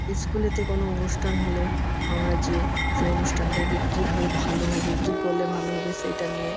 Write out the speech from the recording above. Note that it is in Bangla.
স্কুলেতে কোনো অনুষ্ঠান হলে আমরা গিয়ে সেই অনুষ্ঠানটাকে কীভাবে ভালো হবে কি করলে ভালো হবে সেইটা নিয়ে